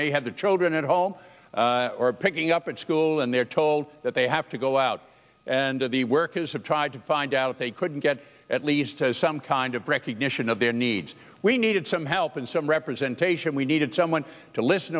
may have the children at all or picking up at school and they're told that they have to go out and do the work is have tried to find out they couldn't get at least as some kind of recognition of their needs we needed some help and some representation we needed someone to listen